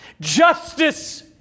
justice